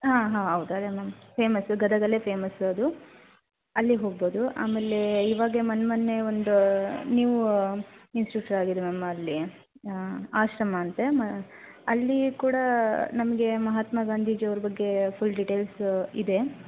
ಹಾ ಹಾ ಹೌದು ಅದೆ ಮ್ಯಾಮ್ ಫೇಮಸ್ಸು ಗದಗಲ್ಲೇ ಫೇಮಸ್ಸು ಅದು ಅಲ್ಲಿಗೆ ಹೋಗ್ಬೋದು ಆಮೇಲೆ ಇವಾಗ ಮೊನ್ಮೊನ್ನೆ ಒಂದು ನ್ಯೂ ಇನ್ಸ್ಟೂಟ್ ಆಗಿದೆ ಮ್ಯಾಮ್ ಅಲ್ಲಿ ಆಶ್ರಮ ಅಂತೆ ಅಲ್ಲಿ ಕೂಡ ನಮಗೆ ಮಹಾತ್ಮಾ ಗಾಂಧೀಜಿ ಅವರ ಬಗ್ಗೆ ಫುಲ್ ಡೀಟೈಲ್ಸ ಇದೆ